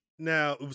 Now